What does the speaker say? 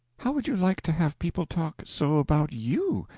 how would you like to have people talk so about you,